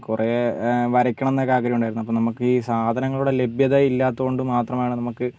കുറേ വരയ്ക്കണം എന്നൊക്കെ ആഗ്രഹം ഉണ്ടായിരുന്നു അപ്പോൾ നമുക്ക് ഈ സാധനങ്ങളുടെ ലഭ്യത ഇല്ലാത്തത് കൊണ്ടു മാത്രമാണ് നമുക്ക്